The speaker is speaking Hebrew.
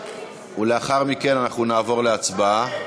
ולאחר מכן אנחנו נעבור להצבעה.